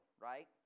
right